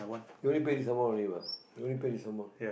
you only pay this amount only what you only pay this amount